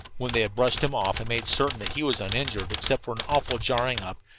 when they had brushed him off and made certain that he was uninjured, except for an awful jarring up,